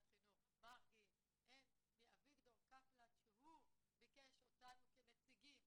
החינוך מרגי ומאביגדור קפלן שהוא ביקש אותנו כנציגים